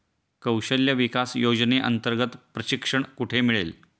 कौशल्य विकास योजनेअंतर्गत प्रशिक्षण कुठे मिळेल?